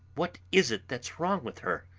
what is it that's wrong with her?